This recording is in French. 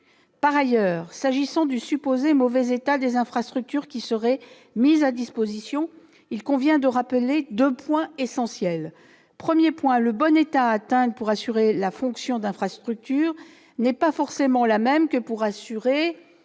Par ailleurs, s'agissant du supposé mauvais état des infrastructures qui seraient mises à disposition, il convient de rappeler deux points essentiels. En premier lieu, le bon état à atteindre pour assurer la fonction d'infrastructure n'est pas forcément le même que pour assurer